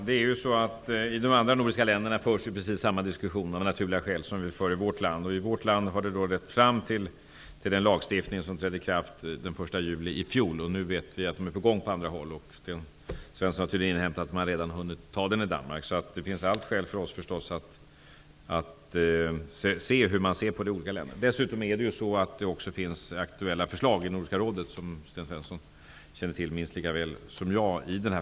Herr talman! I de andra nordiska länderna förs precis samma diskussion som vi för i vårt land -- av naturliga skäl. I vårt land har det lett fram till den lagstiftning som trädde i kraft den 1 juli i fjol. Nu vet vi att man är på gång på andra håll, och Sten Svensson har tydligen inhämtat att man redan har antagit en lag i Danmark. Det finns allt skäl för oss att studera hur man ser på detta i olika länder. Dessutom finns det aktuella förslag i Nordiska rådet, som Sten Svensson känner till minst lika väl som jag.